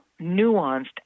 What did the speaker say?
nuanced